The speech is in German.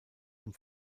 dem